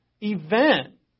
event